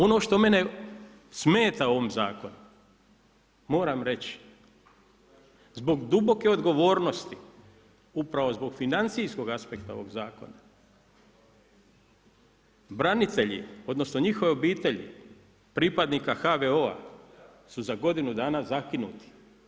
Ono što mene smeta u ovome zakonu moram reći zbog duboke odgovornosti upravo zbog financijskog aspekta ovoga zakona, branitelji odnosno njihove obitelji pripadnika HVO-a su za godinu dana zakinuti.